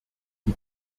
die